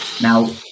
now